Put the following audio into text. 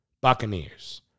buccaneers